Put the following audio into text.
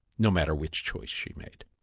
no matter which choice she made.